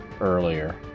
earlier